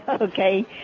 Okay